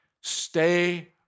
stay